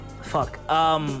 fuck